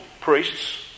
priests